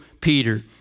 Peter